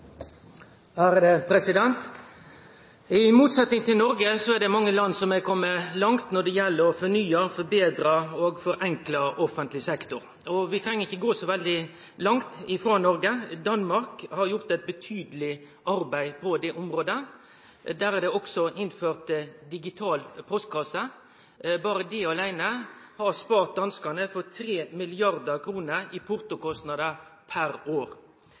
I motsetnad til Noreg er det mange land som er komne langt når det gjeld å fornye, forbetre og forenkle offentleg sektor. Vi treng ikkje gå så veldig langt frå Noreg. Danmark har gjort eit betydeleg arbeid på det området. Der er det også innført digital postkasse. Berre det åleine har spart danskane for 3 mrd. kr i portokostnader per år.